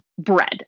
bread